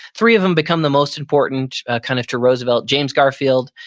three of them become the most important kind of to roosevelt. james garfield,